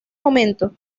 momento